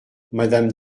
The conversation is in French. madame